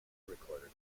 recorded